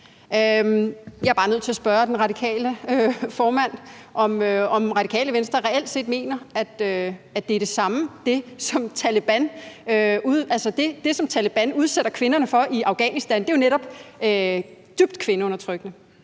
Jeg er bare nødt til at spørge den radikale formand, om Radikale Venstre reelt set mener, at det er det samme, som Taleban udsætter kvinderne for i Afghanistan. Det er jo netop dybt kvindeundertrykkende,